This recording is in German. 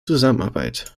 zusammenarbeit